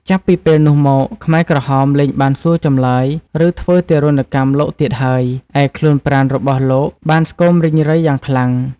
ចាប់ពីពេលនោះមក ខ្មែរក្រហមលែងបានសួរចម្លើយ ឬធ្វើទារុណកម្មលោកទៀតហើយ ឯខ្លួនប្រាណរបស់លោកបាន ស្គមរីងរៃយ៉ាងខ្លាំង។